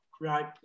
Right